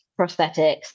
prosthetics